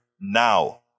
now